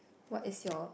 what is your